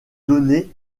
donné